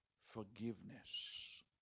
forgiveness